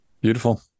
Beautiful